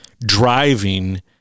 driving